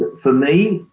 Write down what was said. for me,